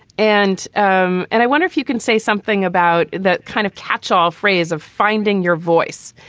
and um and i wonder if you can say something about that kind of catchall phrase of finding your voice,